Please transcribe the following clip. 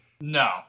no